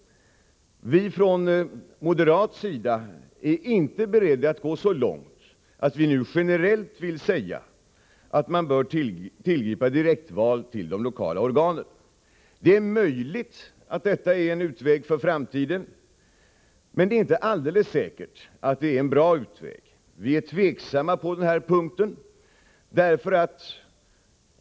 Vi från moderat sida är inte beredda att gå så långt att vi nu generellt säger att man bör tillgripa direktval till de lokala organen. Det är möjligt att detta är en utväg för framtiden, men det är inte alldeles säkert att det är en bra utväg. Vi är tveksamma på den här punkten.